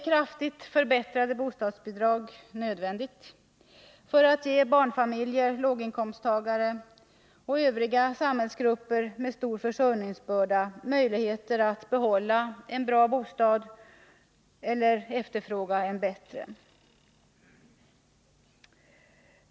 Kraftigt förbättrade bostadsbidrag är därför nödvändiga för att ge barnfamiljer, låginkomsttagare och övriga samhällsgrupper med stor försörjningsbörda möjlighet att erhålla en god bostad eller efterfråga en bättre.